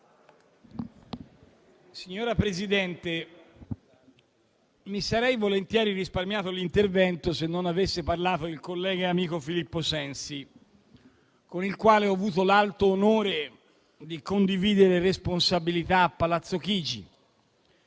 Signor Presidente, mi sarei volentieri risparmiato l'intervento, se non avesse parlato il collega e amico Filippo Sensi, con il quale ho avuto l'alto onore di condividere le responsabilità a Palazzo Chigi.